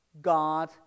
God